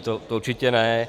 To určitě ne.